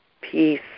peace